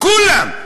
כולם.